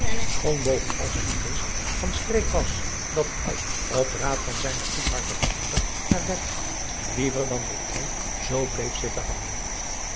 bovenal zijn geest van streek was dat hij op raad van zijne goedhartige moeder naar bed ging liever dan dat hij zoo bleef zitten hangen